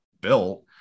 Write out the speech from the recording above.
built